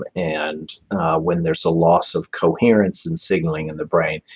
but and when there's a loss of coherence in signaling in the brain,